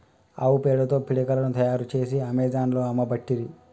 ఆవు పేడతో పిడికలను తాయారు చేసి అమెజాన్లో అమ్మబట్టిరి